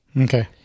Okay